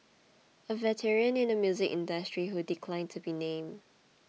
a veteran in the music industry who declined to be named